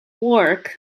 work